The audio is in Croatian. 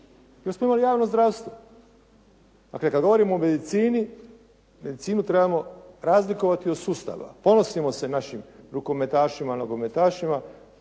jer smo imali javno zdravstvo. Dakle, kad govorimo o medicini medicinu trebamo razlikovati od sustava. Ponosimo se našim rukometašima, nogometašima,